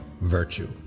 virtue